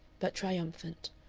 but triumphant.